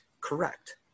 correct